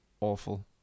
awful